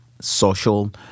social